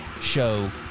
show